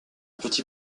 petit